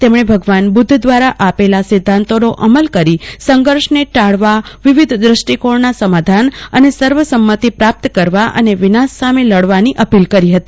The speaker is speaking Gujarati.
તેમણે ભગવાન બુદ્ધ દ્વારા આપેલા સિન્ધાતોનો અમલ કરી સંગર્ષને ટાળવાવિવિધ વ્રષ્ટીકોણનો સમાધાન અને સર્વસંમતી પાર્પ્ત કરવા અને વિનાશ સામે લડવાની અપીલ કરી ફતી